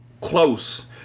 close